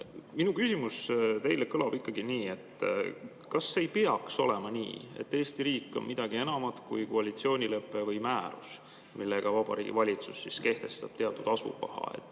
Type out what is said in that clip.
küsimus teile kõlab ikkagi nii: kas ei peaks olema nii, et Eesti riik on midagi enamat kui koalitsioonilepe või määrus, millega Vabariigi Valitsus kehtestab teatud asukoha?